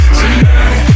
tonight